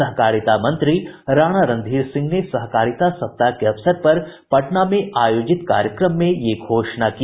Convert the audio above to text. सहकारिता मंत्री राणा रणधीर सिंह ने सहकारिता सप्ताह के अवसर पर पटना में आयोजित कार्यक्रम में यह घोषणा की